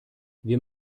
wir